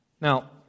Now